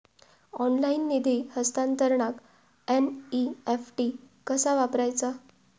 Online निधी हस्तांतरणाक NEFT कसा वापरायचा?